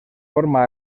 forma